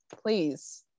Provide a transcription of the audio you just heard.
please